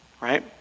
Right